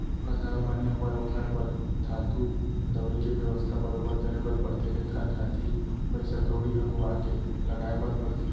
फसल ह बने होवय ओखर बर धातु, दवई के बेवस्था बरोबर करे बर परथे एखर खातिर पइसा कउड़ी अघुवाके लगाय बर परथे